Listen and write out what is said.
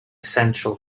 central